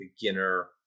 beginner